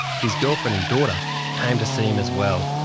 his girlfriend and daughter came to see him as well.